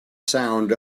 sound